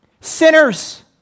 Sinners